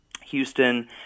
Houston